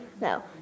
No